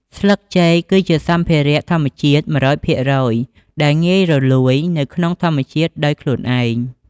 ស្លឹកចេកគឺជាសម្ភារៈធម្មជាតិ ១០០ភាគរយដែលងាយរលួយ នៅក្នុងធម្មជាតិដោយខ្លួនឯង។